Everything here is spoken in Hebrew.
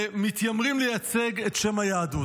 ומתיימרים לייצג את שם היהדות.